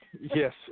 Yes